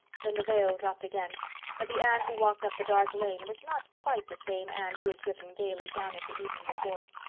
then the veil dropped again but the anne who walked up the dark lane was not quite the same anne who had driven gaily down it the evening before.